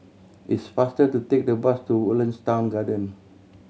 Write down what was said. it's faster to take the bus to Woodlands Town Garden